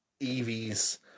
Evie's